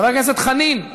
חבר הכנסת חנין,